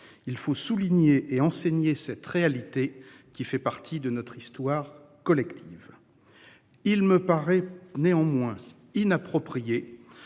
Il faut souligner et enseigner cette réalité qui fait partie de notre histoire collective. Il me paraît néanmoins inapproprié